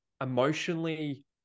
emotionally